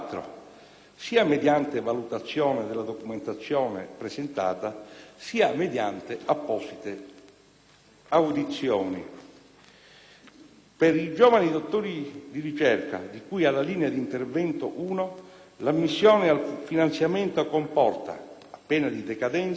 sia mediante valutazione della documentazione presentata, sia mediante apposite audizioni. Per i giovani dottori di ricerca di cui alla linea d'intervento 1, l'ammissione al finanziamento comporta, a pena di decadenza,